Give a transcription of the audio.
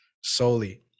solely